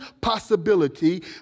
possibility